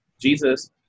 Jesus